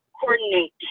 coordinate